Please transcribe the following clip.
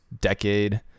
decade